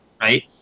right